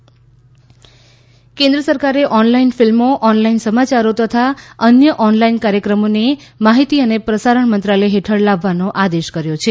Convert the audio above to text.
માર્ગદર્શિકા કેન્દ્ર સરકારે ઓનલાઈન ફિલ્મો ઓનલાઈન સમાયારો તથા અન્ય ઓનલાઈન કાર્યક્રમોને માહિતી અને પ્રસારણ મંત્રાલય હેઠળ લાવવાનો આદેશ કર્યો છે